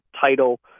title